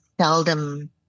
seldom